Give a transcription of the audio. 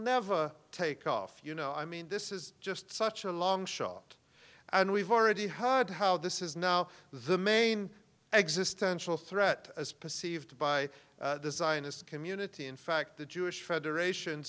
never take off you know i mean this is just such a long shot and we've already heard how this is now the main existential threat as perceived by the zionist community in fact the jewish federation